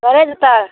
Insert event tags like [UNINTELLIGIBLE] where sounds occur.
[UNINTELLIGIBLE] ता